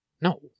No